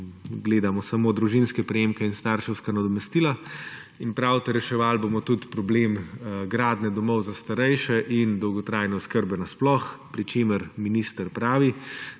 gledamo samo družinske prejemke in starševska nadomestila, in pravite, reševali bomo tudi problem gradnje domov za starejše in dolgotrajne oskrbe nasploh, pri čemer minister pravi,